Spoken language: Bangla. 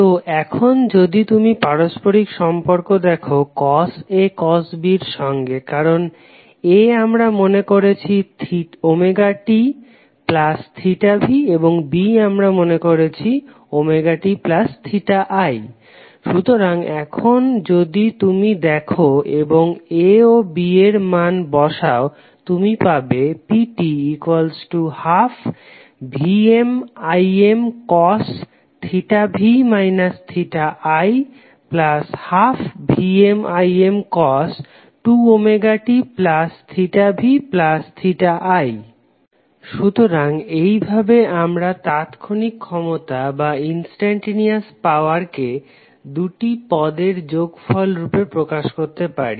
তো এখন যদি তুমি পারস্পরিক সম্পর্ক দেখো cos A cos B এর সঙ্গে কারণ A আমরা মনে করেছি tv এবং B আমরা মনে করেছি ti সুতরাং এখন যদি তুমি দেখো এবং A ও B এর মা বসাও তুমি পাবে pt12VmImcos v i 12VmImcos 2ωtvi সুতরাং এইভাবে আমরা তাৎক্ষণিক ক্ষমতাকে দুটি পদের যোগফল রূপে প্রকাশ করতে পারি